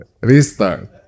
Restart